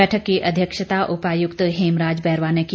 बैठक की अध्यक्षता उपायुक्त हेमराज बैरवा ने की